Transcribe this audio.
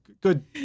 Good